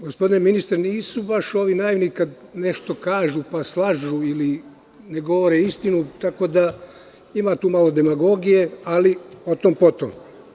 Gospodine ministre, nisu baš ovi naivni, kada nešto slažu i ne govore istinu, ima tu malo demagogije, ali o tom-potom.